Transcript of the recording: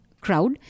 crowd